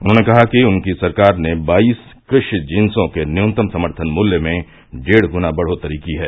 उन्होंने कहा कि उनकी सरकार ने बाईस क्रषि जिन्सों के न्यूनतम समर्थन मूल्य में डेढ़ ग्ना बढ़ोतरी की है